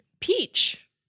Peach